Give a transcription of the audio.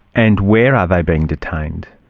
and where are they being detained?